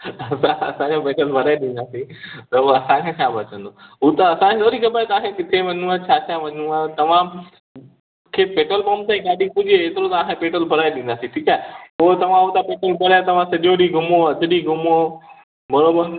असां तव्हांखे पेट्रोल भरे ॾींदासीं त असांखे छा बचंदो हू असांजो थोरी ख़बर तव्हांखे किथे वञिणो आहे छा छा वञिणो आहे तव्हांखे पेट्रोल पंप ताईं गाॾी पुजे एतिरो तव्हांखे पेट्रोल भराए ॾींदासीं ठीकु आहे पोइ तव्हां हुतां पेट्रोल भराए तव्हां सॼो ॾींहं घुमो अधि ॾींहुं घुमो बराबरि